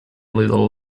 little